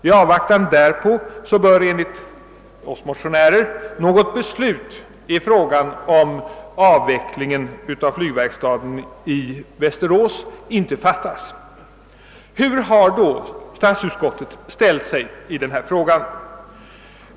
I avvaktan därpå bör enligt oss motionärer något beslut i frågan om avvecklingen av flygverkstaden i Västerås inte fattas. Hur har då statsutskottet ställt sig i denna fråga?